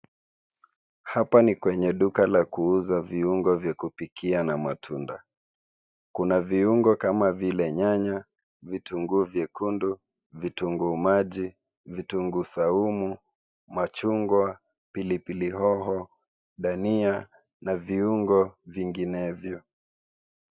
Hapa ni kwenye duka la kuuza viungo vya kupikia na matunda. Kuna viungo kama vile nyanya, vitunguu vyekundu, vitunguu maji, vitunguu saumu, machungwa, pilipili hoho, dania na viungo vinginevyo.